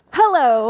hello